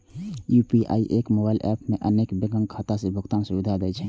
UPI एके mobile app मे अनेक बैंकक खाता सं भुगतान सुविधा दै छै